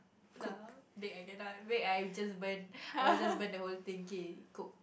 lah bake I cannot bake I'll just burn I'll just burn the whole thing cook